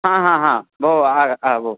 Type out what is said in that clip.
भोः आम् आम् भोः